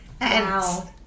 Wow